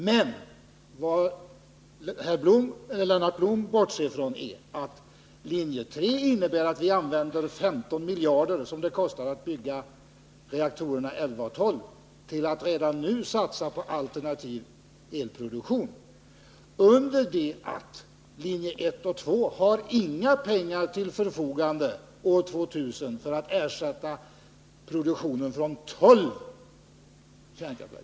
Men vad Lennart Blom bortser från är att linje 3 innebär att vi använder de 15 miljarder som det skulle kosta att bygga reaktorerna 11 och 12 till att redan nu satsa på alternativ elproduktion. Däremot kommer vi enligt linje 1 och 2 inte att ha några pengar till förfogande år 2000 för att ersätta produktionen från 12 reaktorer.